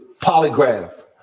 polygraph